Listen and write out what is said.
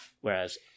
Whereas